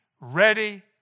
ready